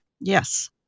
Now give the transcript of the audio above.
yes